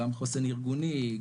גם חוסן ארגוני,